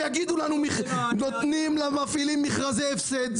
נותנים למפעילים מכרזי הפסד.